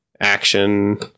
Action